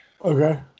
Okay